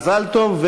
מזל טוב.